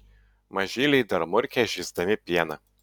mažyliai dar murkia žįsdami pieną